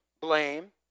Blame